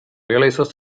realizes